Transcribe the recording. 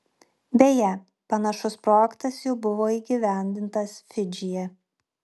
beje panašus projektas jau buvo įgyvendintas fidžyje